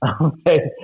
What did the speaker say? Okay